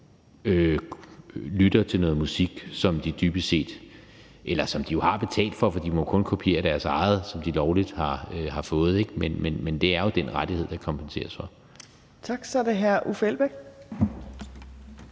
lytter til noget musik, som de jo har betalt for, fordi de kun må kopiere deres eget, som de lovligt har fået, men det er jo den rettighed, der kompenseres for. Kl. 15:16 Tredje